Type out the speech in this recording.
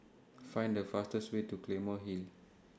Find The fastest Way to Claymore Hill